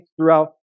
throughout